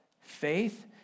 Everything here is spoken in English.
Faith